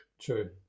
True